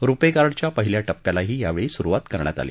रुपे कार्डच्या पहील्या टप्प्यालाही यावेळी सुरुवात करण्यात आली